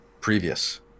previous